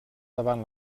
davant